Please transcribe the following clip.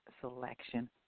selection